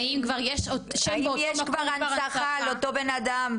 האם יש כבר הנצחה על אותו בן-אדם?